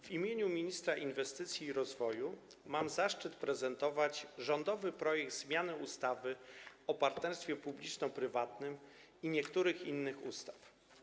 W imieniu ministra inwestycji i rozwoju mam zaszczyt prezentować rządowy projekt zmiany ustawy o partnerstwie publiczno-prywatnym oraz niektórych innych ustaw.